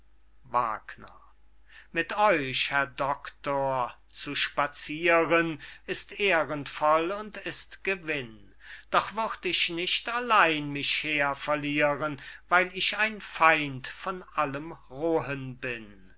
seyn mit euch herr doctor zu spazieren ist ehrenvoll und ist gewinn doch würd ich nicht allein mich her verlieren weil ich ein feind von allem rohen bin